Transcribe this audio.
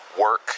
work